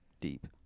deep